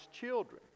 children